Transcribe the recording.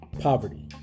poverty